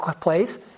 place